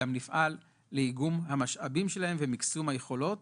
נפעל לאיגום המשאבים שלהם ולמיקסום היכולות,